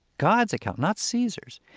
god's account, not caesar's.